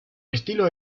estilo